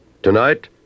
Tonight